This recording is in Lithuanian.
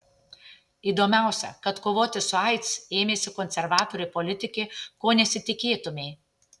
įdomiausia kad kovoti su aids ėmėsi konservatorė politikė ko nesitikėtumei